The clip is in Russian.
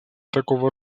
такого